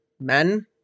Men